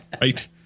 Right